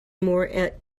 more